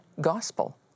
gospel